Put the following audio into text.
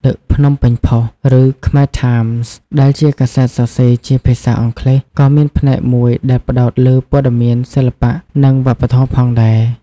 ដឹ ភ្នំពេញ ផុស ឬខ្មែរថាមស៍ ដែលជាកាសែតសរសេរជាភាសាអង់គ្លេស ក៏មានផ្នែកមួយដែលផ្តោតលើព័ត៌មានសិល្បៈ និងវប្បធម៌ផងដែរ។